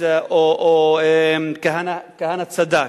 או "כהנא צדק",